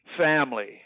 family